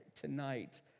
Tonight